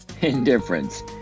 indifference